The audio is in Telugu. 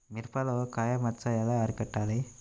మిరపలో కాయ మచ్చ ఎలా అరికట్టాలి?